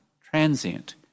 transient